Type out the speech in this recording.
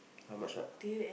how much I